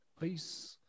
Peace